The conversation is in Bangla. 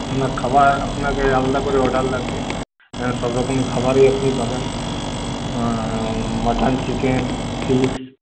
না না খাবার আপনাকে আলাদা করে অর্ডার লাগবে এখানে সবরকম খাবারই আপনি পাবেন মাটন চিকেন ফিশ